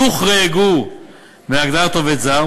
יוחרגו מהגדרת "עובד זר",